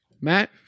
Matt